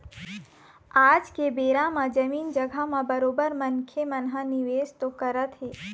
आज के बेरा म जमीन जघा म बरोबर मनखे मन ह निवेश तो करत हें